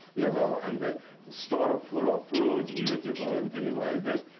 you know and the store full of fruits, beautiful and things like this,